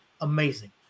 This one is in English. amazing